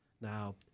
Now